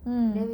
mm